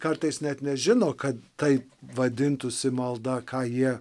kartais net nežino kad taip vadintųsi malda ką jie